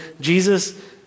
Jesus